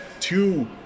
Two